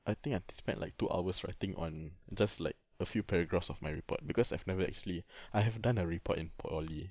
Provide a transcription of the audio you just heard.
I think I spent like two hours writing on just like a few paragraphs of my report because I've never actually I have done a report in poly